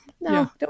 no